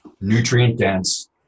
nutrient-dense